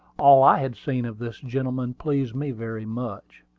all i had seen of this gentleman pleased me very much.